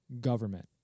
government